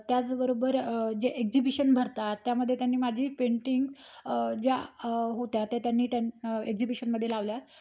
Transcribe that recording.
त्याचबरोबर जे एक्झिबिशन भरतात त्यामध्ये त्यांनी माझी पेंटिंग ज्या होत्या त्या त्यांनी त्यां एक्झिबिशनमध्ये लावल्या